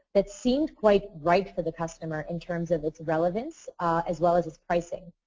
that seemed quite right for the customer in terms of its relevance as well as its pricing,